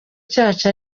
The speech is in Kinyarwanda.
cyacu